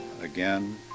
again